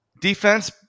defense